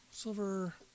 Silver